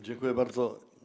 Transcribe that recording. Dziękuję bardzo.